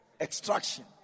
Extraction